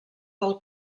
del